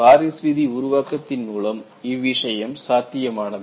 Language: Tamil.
பாரிஸ் விதி உருவாக்கத்தின் மூலம் இவ்விஷயம் சாத்தியமானது